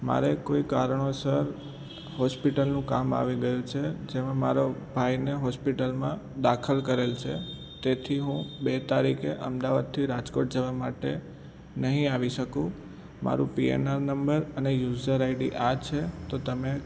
મારે કોઈ કારણોસર હોસ્પિટલનું કામ આવી ગયું છે જેમાં મારો ભાઈને હોસ્પિટલમાં દાખલ કરેલ છે તેથી હું બે તારીખે અમદાવાદથી રાજકોટ જવા માટે નહીં આવી શકું મારું પીએનઆર નંબર અને યુઝર આઈડી આ છે તો તમે